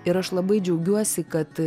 ir aš labai džiaugiuosi kad